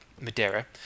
Madeira